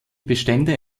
bestände